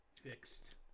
fixed